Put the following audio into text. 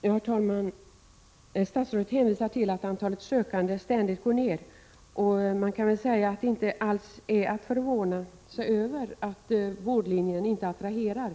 Herr talman! Statsrådet hänvisar till att antalet sökande ständigt minskar. Det är inte alls att förvåna sig över att vårdlinjerna inte attraherar.